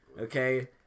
okay